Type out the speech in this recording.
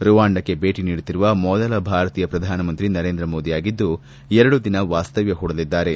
ರುವಾಂಡಕ್ಕೆ ಭೇಟಿ ನೀಡುತ್ತಿರುವ ಮೊದಲ ಭಾರತೀಯ ಪ್ರಧಾನಮಂತ್ರಿ ನರೇಂದ್ರ ಮೋದಿಯಾಗಿದ್ದು ಎರಡು ದಿನ ವಾಸ್ತವ್ಲ ಹೂಡಲಿದ್ದಾರೆ